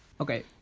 Okay